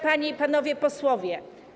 Panie i Panowie Posłowie!